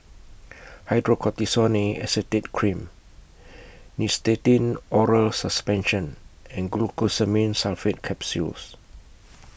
Hydrocortisone Acetate Cream Nystatin Oral Suspension and Glucosamine Sulfate Capsules